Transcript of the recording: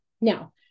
Now